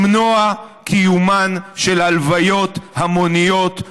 למנוע את קיומן של הלוויות המוניות,